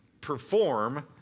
perform